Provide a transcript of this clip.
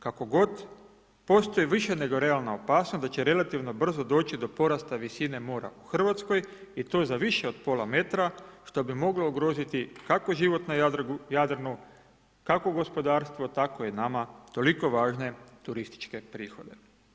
Kako god postoji više nego realna opasnost da će relativno brzo doći do porasta visine mora u Hrvatskoj i to za više od pola metra što bi moglo ugroziti kako život na Jadranu, kako gospodarstvo tako i nama toliko važne turističke prihode.